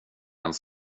ens